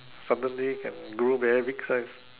suddenly can grow very big size